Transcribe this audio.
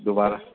दुबारा